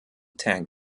tank